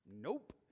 Nope